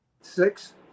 Six